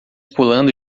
pulando